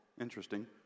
Interesting